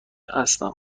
هستم